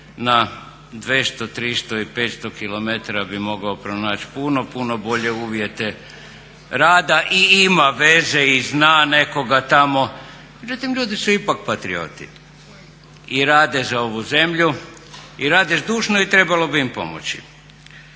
na 200, 300 i 500km bi mogao pronaći puno, puno bolje uvjete rada i ima veze i zna nekoga tamo, međutim ljudi su ipak patrioti i rade za ovu zemlju i rade zdušno i trebalo bi im pomoći.